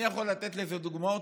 אני יכול לתת לזה דוגמאות.